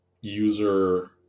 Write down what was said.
user